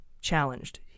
challenged